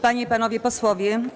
Panie i Panowie Posłowie!